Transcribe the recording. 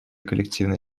коллективные